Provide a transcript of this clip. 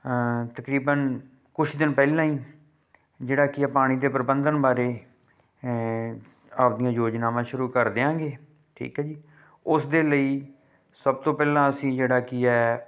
ਤਕਰੀਬਨ ਕੁਛ ਦਿਨ ਪਹਿਲਾਂ ਹੀ ਜਿਹੜਾ ਕੀ ਹੈ ਪਾਣੀ ਦੇ ਪ੍ਰਬੰਧਨ ਬਾਰੇ ਆਪਣੀਆਂ ਯੋਜਨਾਵਾਂ ਸ਼ੁਰੂ ਕਰ ਦੇਵਾਂਗੇ ਠੀਕ ਹੈ ਜੀ ਉਸਦੇ ਲਈ ਸਭ ਤੋਂ ਪਹਿਲਾਂ ਅਸੀਂ ਜਿਹੜਾ ਕੀ ਹੈ